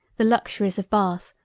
the luxuries of bath,